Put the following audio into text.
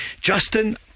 Justin